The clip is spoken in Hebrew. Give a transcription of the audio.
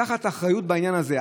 חובתנו דווקא לקחת אחריות בעניין הזה.